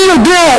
מי יודע,